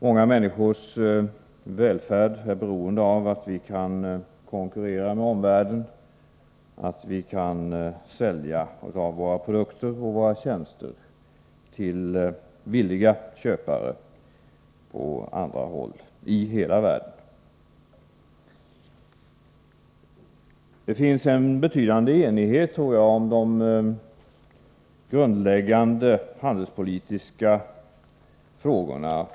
Många människors välfärd är beroende av att vi kan konkurrera med omvärlden och sälja våra produkter och tjänster till villiga köpare på andra håll i hela världen. Jag tror att det råder en betydande enighet om de grundläggande handelspolitiska frågorna.